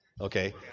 Okay